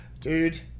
Dude